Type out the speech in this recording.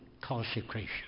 consecration